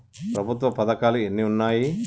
ప్రభుత్వ పథకాలు ఎన్ని ఉన్నాయి?